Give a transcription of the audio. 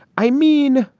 i mean,